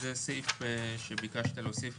זה הסעיף שביקשת להוסיף,